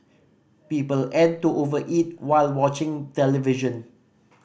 people add to over eat while watching television